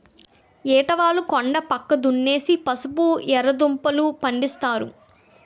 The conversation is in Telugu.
ఏటవాలు కొండా పక్క దున్నేసి పసుపు, ఎర్రదుంపలూ, పండిస్తారు